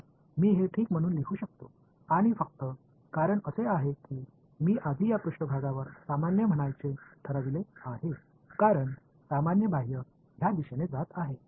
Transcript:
तर मी हे ठीक म्हणून लिहू शकतो आणि फक्त कारण असे आहे की मी आधी या पृष्ठभागावर सामान्य म्हणायचे ठरविले आहे कारण सामान्य बाह्य या दिशेने जात आहे